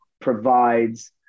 provides